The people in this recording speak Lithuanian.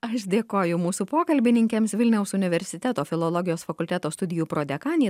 aš dėkoju mūsų pokalbininkėmis vilniaus universiteto filologijos fakulteto studijų prodekanei